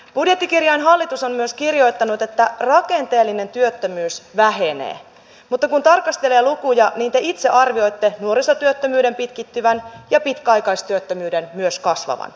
budjettikirjaan hallitus on myös kirjoittanut että rakenteellinen työttömyys vähenee mutta kun tarkastelee lukuja niin te itse arvioitte nuorisotyöttömyyden pitkittyvän ja pitkäaikaistyöttömyyden myös kasvavan